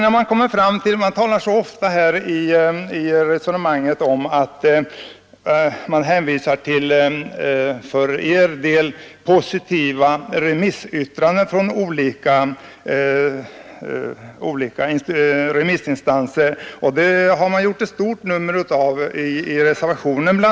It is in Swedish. Ni hänvisar ofta till från er synpunkt positiva yttranden från olika remissinstanser. I reservationen har man gjort ett stort nummer av detta.